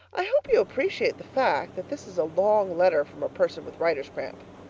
i hope you appreciate the fact that this is a long letter from a person with writer's cramp.